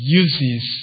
uses